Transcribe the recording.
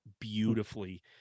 beautifully